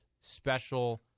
special